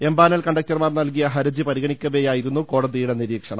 empanel കണ്ടക്ടർമാർ നൽകിയ ഹർജി പരിഗ ണിക്കവെയായിരുന്നു കോടതിയുടെ നിരീക്ഷണം